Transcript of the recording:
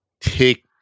take